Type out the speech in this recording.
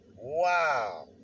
Wow